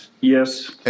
Yes